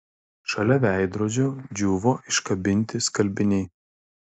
šalia veidrodžio džiūvo iškabinti skalbiniai